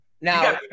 Now